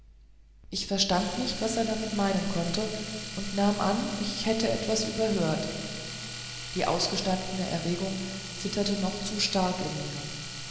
ich verstand nicht was er damit meinen konnte und nahm an ich hätte etwas überhört die ausgestandene erregung zitterte noch zu stark in mir